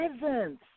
presence